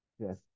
Yes